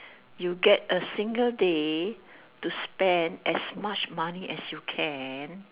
you get a single day to spend as much money as you can